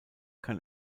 kann